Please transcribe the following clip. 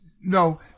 no